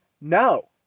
no